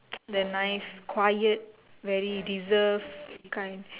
the nice quiet very reserve kind